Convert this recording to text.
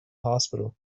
hospital